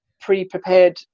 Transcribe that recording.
pre-prepared